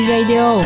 Radio